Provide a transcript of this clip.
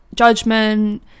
judgment